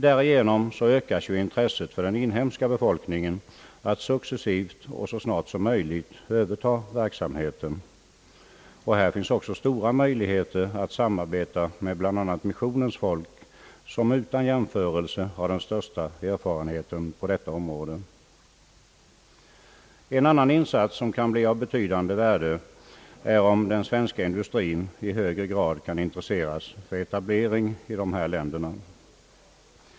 Därigenom ökas intresset för den inhemska befolkningen att successivt och så snart som möjligt överta verksamheten. Här finns också stora möjligheter att samarbeta med bland annat missionens folk, som utan jämförelse har den största erfarenheten på detta område. En annan insats som kan bli av betydande värde är om den svenska industrin i högre grad kan intresseras för etablering i dessa länder.